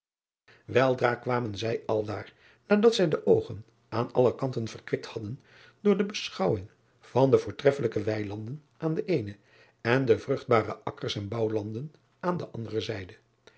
eldra kwamen zij aldaar nadat zij de oogen aan alle kanten verkwikt hadden door de beschouwing van de voortreffelijke weilanden aan de eene en de vruchtbare akkers en bouwlanden aan de andere zijde